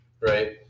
right